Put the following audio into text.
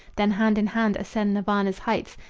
then hand in hand ascend nirvana's heights,